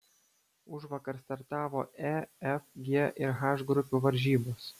užvakar startavo e f g ir h grupių varžybos